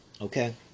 Okay